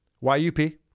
Y-U-P